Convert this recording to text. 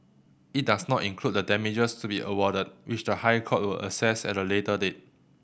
it does not include the damages to be awarded which the High Court will assess at a later date